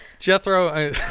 Jethro